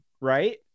right